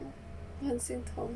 很心疼